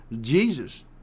Jesus